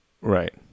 Right